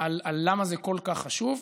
על למה זה כל כך חשוב.